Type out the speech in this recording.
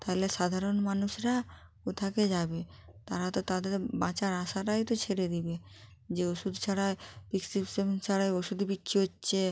তাহলে সাধারণ মানুষরা কোথায় যাবে তারা তো তাদের বাঁচার আশাটাই তো ছেড়ে দিবে যে ওষুধ ছাড়া প্রেসকিপশান ছাড়া ওষুধ বিক্রি হচ্ছে